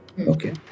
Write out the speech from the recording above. okay